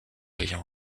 ayant